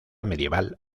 medieval